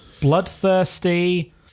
bloodthirsty